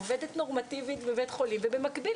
עובדת נורמטיבית בבית חולים ובמקביל,